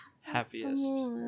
Happiest